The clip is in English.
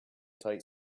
tight